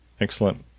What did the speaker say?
Excellent